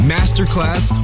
Masterclass